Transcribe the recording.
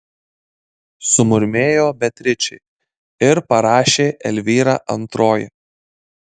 sumurmėjo beatričė ir parašė elvyra antroji